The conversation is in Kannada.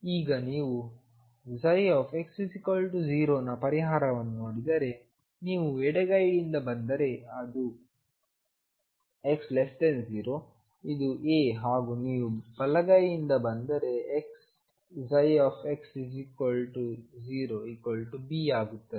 ಈಗ ನೀವು ψx0ನ ಪರಿಹಾರಗಳನ್ನು ನೋಡಿದರೆ ನೀವು ಎಡಗೈಯಿಂದ ಬಂದರೆ ಅದು x 0 ಇದು A ಹಾಗೂ ನೀವು ಬಲಗೈಯಿಂದ ಬಂದಿದ್ದರೆ x0B ಆಗುತ್ತದೆ